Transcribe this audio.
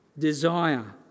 desire